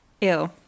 Ew